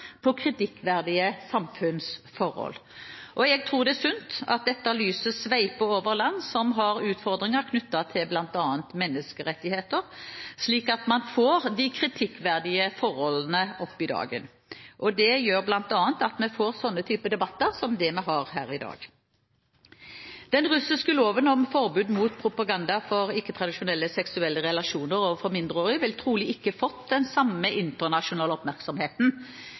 på kritikkverdige samfunnsforhold. Jeg tror det er sunt at dette lyset sveiper over land som har utfordringer knyttet til bl.a. menneskerettigheter, slik at man får de kritikkverdige forholdene opp i dagen. Det gjør bl.a. at vi får slike debatter som vi har her i dag. Den russiske loven om forbud mot propaganda for ikke-tradisjonelle seksuelle relasjoner overfor mindreårige ville trolig ikke fått samme internasjonale